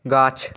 গাছ